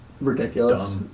ridiculous